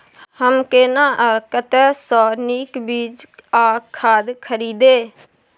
हम केना आ कतय स नीक बीज आ खाद खरीदे?